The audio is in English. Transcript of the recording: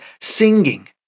singing